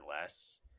less